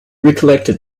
recollected